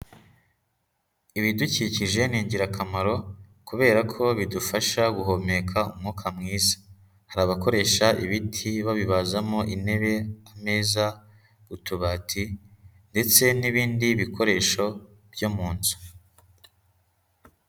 Ibidukikije ni ingirakamaro kubera ko bidufasha guhumeka umwuka mwiza. Hari abakoresha ibiti babibazamo intebe, ameza, utubati ndetse n'ibindi bikoresho byo mu nzu.